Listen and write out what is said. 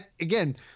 again